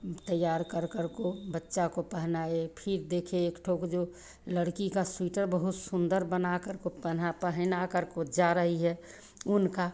तैयार कर करके बच्चा को पहनाए फिर देखे एकठो को जो लड़की का स्वेटर बहुत सुन्दर बना करके पहना करको जा रही है ऊन का